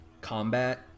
combat